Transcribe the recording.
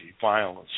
violence